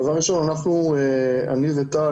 אני וטל,